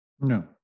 No